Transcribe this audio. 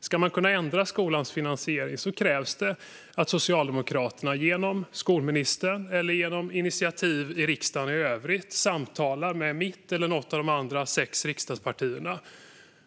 Ska man kunna ändra skolans finansiering krävs det att Socialdemokraterna genom skolministern eller genom initiativ i riksdagen i övrigt samtalar med mitt eller något av de andra sex riksdagspartierna.